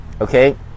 okay